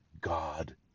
God